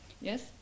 Yes